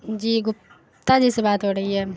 جی گپتا جی سے بات ہو رہی ہے